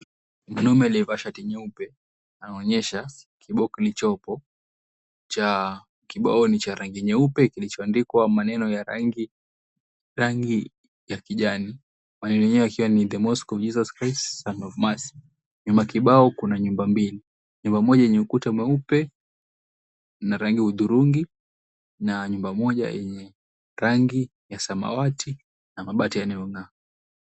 Mwanaume aliyevaa shati nyeupe anaonyesha kibao kilichopo. Kibao ni cha rangi nyeupe kilichoandikwa maneno ya rangi ya kijani. Maneno yenye ikiwa ni, The Mosque of Jesus Christ Son of Mercy . Nyuma ya kibao kuna nyumba mbili. Nyumba moja yenye ukuta mweupe na rangi udhurungi na nyumba moja yenye rangi ya samawati na mabati yaliyo na...